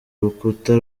rukuta